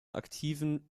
aktiven